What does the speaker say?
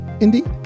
indeed